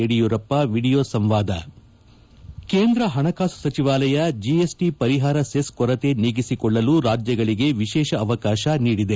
Yediyurappa video ಸಂವಾದ ಕೇಂದ್ರ ಹಣಕಾಸು ಸಚಿವಾಲಯ ಜಿಎಸ್ಟಿ ಪರಿಹಾರ ಸೆಸ್ ಕೊರತೆ ನೀಗಿಸಿಕೊಳ್ಳಲು ರಾಜ್ಯಗಳಿಗೆ ವಿಶೇಷ ಅವಕಾಶ ನೀಡಿದೆ